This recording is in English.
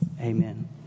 Amen